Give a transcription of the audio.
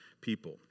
people